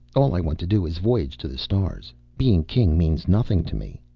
all i want to do is voyage to the stars. being king means nothing to me.